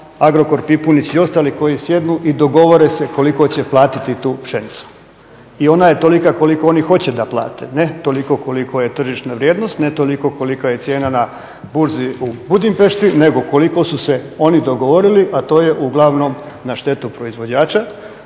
Agrokor, Pipunić i ostali koji sjednu i dogovore se koliko će platiti tu pšenicu. I ona je tolika koliko oni hoće da plate, ne toliko koliko je tržišna vrijednost, ne toliko kolika je cijena na burzi u Budimpešti nego koliko su se oni dogovorili a to je uglavnom na štetu proizvođača